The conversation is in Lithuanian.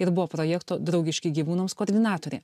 ir buvo projekto draugiški gyvūnams koordinatorė